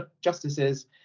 justices